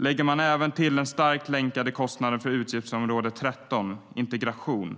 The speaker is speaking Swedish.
Om man lägger till den starkt länkade kostnaden för utgiftsområde 13 Integration